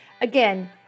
again